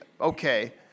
okay